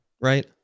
right